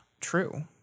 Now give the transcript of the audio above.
true